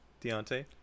Deontay